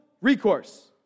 recourse